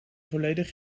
volledig